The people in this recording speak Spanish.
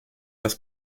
las